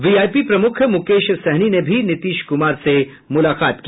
VIP प्रमुख मुकेश सहनी ने भी नीतीश कुमार से मुलाकात की